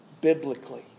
biblically